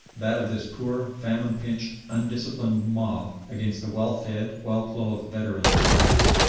that of this poor famine-pinched, undisciplined mob against the well-fed, well-clothed veterans of france.